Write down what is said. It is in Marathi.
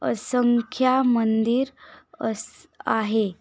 असंख्या मंदिर असे आहेत